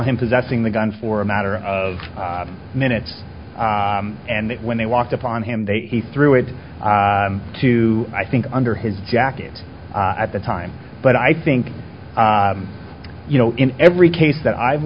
him possessing the gun for a matter of minutes and when they walked up on him they threw it to i think under his jacket at the time but i think you know in every case that i've